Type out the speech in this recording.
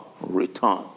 return